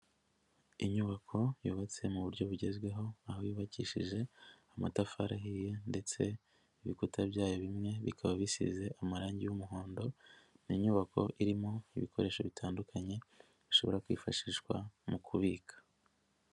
Inyubako yubatse mu buryo bugezweho aho yubakishije amatafari ahiye ndetse ibikuta byayo bimwe bikaba bisize amarangi y'umuhondo, ni inyubako irimo ibikoresho bitandukanye bishobora kwifashishwa mu kubika.